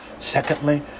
Secondly